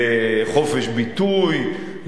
לחופש ביטוי,